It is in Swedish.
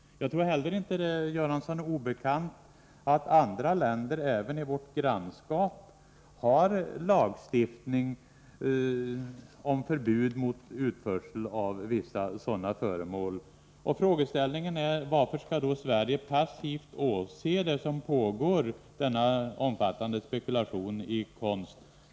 Jag tror inte heller att det är Göransson obekant att andra länder — även i vårt grannskap — har lagstiftning med förbud mot utförsel av vissa sådana här föremål. Frågeställningen är: Varför skall då Sverige passivt åse den omfattande spekulation i konst som pågår?